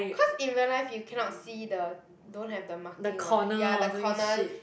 cause in real life you cannot see the don't have the marking what ya the corner